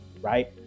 right